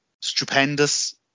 stupendous